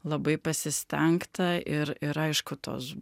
labai pasistengta ir ir aišku tos